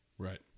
Right